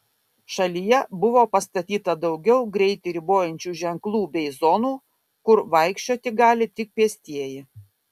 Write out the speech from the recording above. šalyje buvo pastatyta daugiau greitį ribojančių ženklų bei zonų kur vaikščioti gali tik pėstieji